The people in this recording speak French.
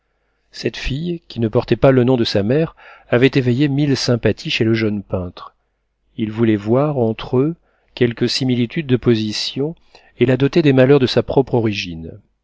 cette fille qui ne portait pas le nom de sa mère avait éveillé mille sympathies chez le jeune peintre il voulait voir entre eux quelques similitudes de position et la dotait des malheurs de sa propre origine